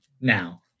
now